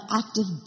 active